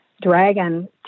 dragon